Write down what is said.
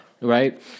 right